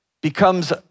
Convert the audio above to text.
becomes